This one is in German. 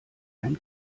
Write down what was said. ein